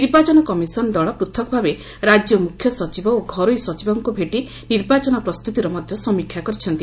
ନିର୍ବାଚନ କମିଶନ ଦଳ ପୂଥକ୍ଭାବେ ରାଜ୍ୟ ମୁଖ୍ୟସଚିବ ଓ ଘରୋଇ ସଚିବଙ୍କୁ ଭେଟି ନିର୍ବାଚନ ପ୍ରସ୍ତୁତିର ମଧ୍ୟ ସମୀକ୍ଷା କରିଛନ୍ତି